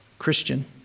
Christian